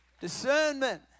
Discernment